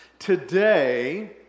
Today